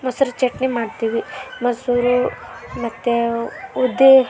ಮೊಸರು ಚಟ್ನಿ ಮಾಡ್ತೀವಿ ಮೊಸರು ಮತ್ತು ಉದ್ದಿ